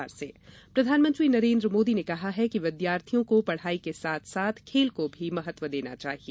प्रधानमंत्री जन्मदिन प्रधानमंत्री नरेन्द्र मोदी ने कहा है कि विद्यार्थयों को पढ़ाई के साथ साथ खेल को भी महत्व देना चाहिए